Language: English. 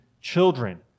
children